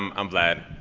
um i'm vlad.